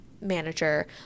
manager